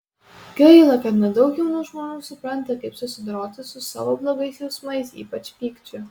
gaila kad nedaug jaunų žmonių supranta kaip susidoroti su savo blogais jausmais ypač pykčiu